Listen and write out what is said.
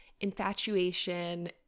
infatuation